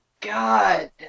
God